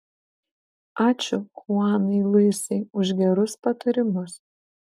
ačiū chuanai luisai už gerus patarimus